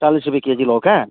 चालिस रुपियाँ केजि लौका